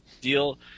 deal